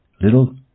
Little